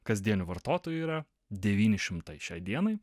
kasdienių vartotojų yra devyni šimtai šiai dienai